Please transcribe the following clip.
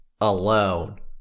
alone